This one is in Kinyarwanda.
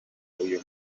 uyu